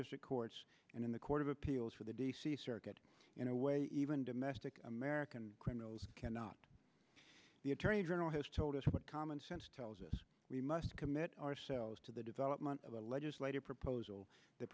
district courts and in the court of appeals for the d c circuit in a way even domestic american criminals cannot the attorney general has told us what common sense tells us we must commit ourselves to the development of a legislative proposal that